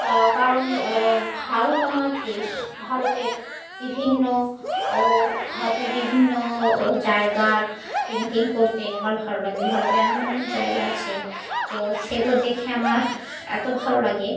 কারণ ভারত আমার দেশ ভারতের বিভিন্ন ও ভারতের বিভিন্ন জায়গার পেন্টিং করতে আমার ভালো লাগে ভারতে এমন এমন জায়গা আছে তো সেগুলো দেখে আমার এতো ভালো লাগে